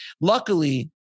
Luckily